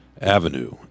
Avenue